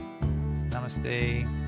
namaste